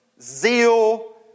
zeal